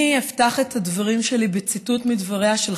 אני אפתח את הדברים שלי בציטוט מדבריה של